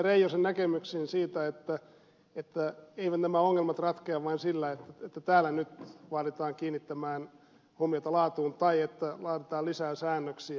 reijosen näkemyksiin että eivät nämä ongelmat ratkea vain sillä että täällä nyt vaaditaan kiinnittämään huomiota laatuun tai että laaditaan lisää säännöksiä